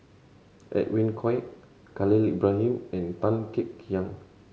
Edwin Koek Khalil Ibrahim and Tan Kek Hiang